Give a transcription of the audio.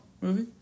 movie